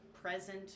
present